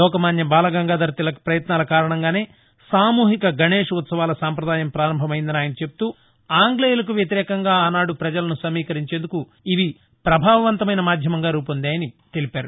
లోకమాన్యబాలగంగాధర్ తిలక్ పయత్నాల కారణంగానే సామూహిక గణేష్ ఉత్సవాల సంప్రదాయం పారంభమైందని ఆయన చెప్తూ ఆంగ్లేయులకు వ్యతిరేకంగా ఆనాడు ప్రజలను సమీకరించేందుకు ఇవి ప్రభావవంతమైన మాధ్యమంగా రూపొందాయని తెలిపారు